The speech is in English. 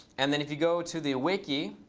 and then if you go to the wiki,